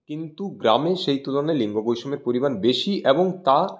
কিন্তু গ্রামে সেই তুলনায় লিঙ্গ বৈষম্যের পরিমাণ বেশি এবং তা